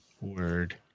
Word